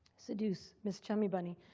seduce miss chummy bunny.